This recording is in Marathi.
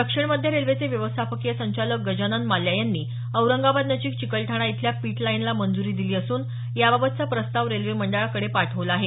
दक्षिण मध्य रेल्वेचे व्यवस्थापकीय संचालक गजानन माल्या यांनी औरंगाबाद नजिक चिकलठाणा इथल्या पीटलाईनला मंजूरी दिली असून याबाबतचा प्रस्ताव रेल्वे मंडळाकडे पाठवला आहे